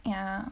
ya